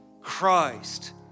Christ